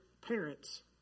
parents